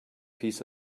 piece